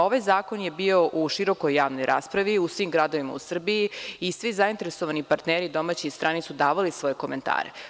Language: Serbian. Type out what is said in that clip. Ovaj zakon je bio u širokoj javnoj raspravi, u svim gradovima u Srbiji i svi zainteresovani partneri, domaći i strani, su davali svoje komentare.